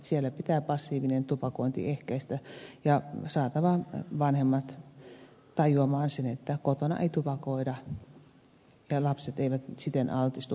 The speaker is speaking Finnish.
siellä pitää passiivinen tupakointi ehkäistä ja on saatava vanhemmat tajuamaan se että kotona ei tupakoida ja lapset eivät siten altistu passiiviselle tupakoinnille